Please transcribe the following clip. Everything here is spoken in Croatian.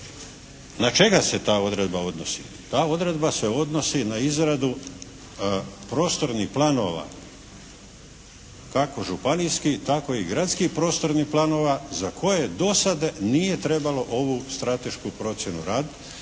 na čega se ta odredba odnosi? Ta odredba se odnosi na izradu prostornih planova kako županijskih, tako i gradskih prostornih planova za koje dosad nije trebalo ovu stratešku procjenu raditi,